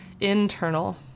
internal